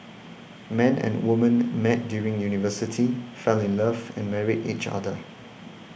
man and woman met during university fell in love and married each other